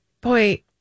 Boy